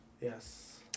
Yes